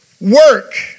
work